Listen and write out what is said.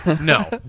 No